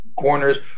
corners